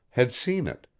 had seen it,